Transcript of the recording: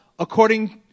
According